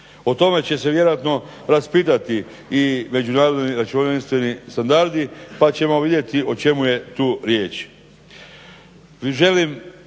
O tome će se vjerojatno raspitati i međunarodni računovodstveni standardi pa ćemo vidjeti o čemu je tu riječ.